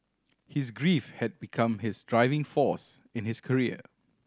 his grief had become his driving force in his career